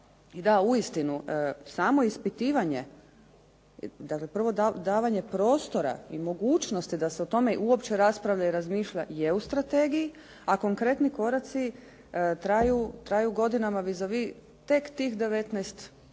i da uistinu samo ispitivanje, prvo davanje prostora i mogućnost da se o tome uopće raspravlja i razmišlja je u strategiji a konkretni koraci traju godinama vis a vis tek tih 19 kriterija.